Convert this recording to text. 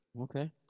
Okay